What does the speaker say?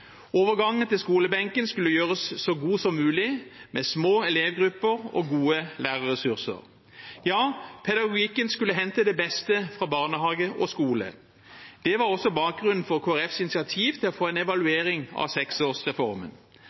Overgangen til skolebenken skulle gjøres så god som mulig, med små elevgrupper og gode lærerressurser. Ja, pedagogikken skulle hente det beste fra barnehage og skole. Det var også bakgrunnen for Kristelig Folkepartis initiativ til å få en evaluering av seksårsreformen.